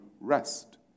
rest